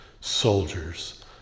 soldiers